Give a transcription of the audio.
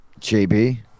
JB